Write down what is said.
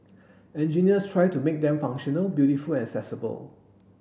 engineers tried to make them functional beautiful and accessible